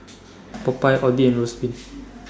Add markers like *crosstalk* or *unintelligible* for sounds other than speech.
Popeyes Audi and *unintelligible*